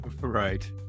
Right